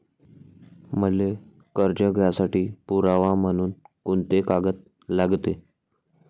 मले कर्ज घ्यासाठी पुरावा म्हनून कुंते कागद लागते?